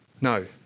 No